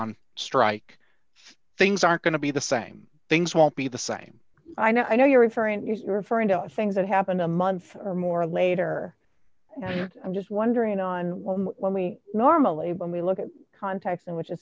on strike things aren't going to be the same things won't be the same i know i know you're referring referring to things that happened a month or more later and here i'm just wondering on when we normally when we look at context in which